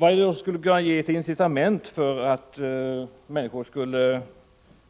Jag kan här ange ett incitament för att människor skulle